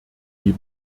wie